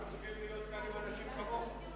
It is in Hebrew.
ועכשיו אנחנו צריכים להיות כאן עם אנשים כמוך.